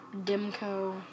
Dimco